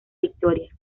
victoria